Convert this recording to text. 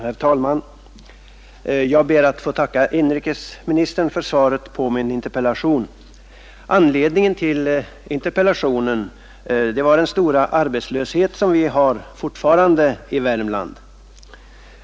Herr talman! Jag ber att få tacka inrikesministern för svaret på min interpellation. Anledningen till denna var den stora arbetslöshet som vi fortfarande har i Värmland.